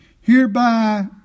hereby